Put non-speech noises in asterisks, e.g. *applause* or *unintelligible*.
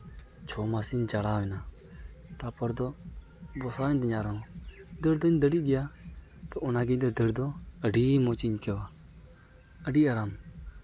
ᱪᱷᱚ ᱢᱟᱥᱤᱧ ᱡᱷᱟᱲᱟᱣᱮᱱᱟ ᱛᱟ ᱯᱚᱨ ᱫᱚ ᱫᱚ *unintelligible* ᱫᱟᱹᱲᱫᱩᱧ ᱫᱟᱹᱲᱤᱭᱟᱜ ᱜᱮᱭᱟ ᱛᱚ ᱚᱱᱜᱮ ᱤᱧ ᱫᱚ ᱫᱟᱹ ᱫᱚ ᱟᱹᱰᱤ ᱜᱮ ᱢᱚᱡᱤᱧ ᱟᱹᱭᱠᱟᱹᱣᱟ ᱟᱹᱰᱤ ᱟᱨᱟᱢ